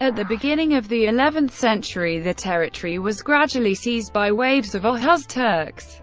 at the beginning of the eleventh century, the territory was gradually seized by waves of ah oghuz turks